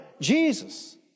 Jesus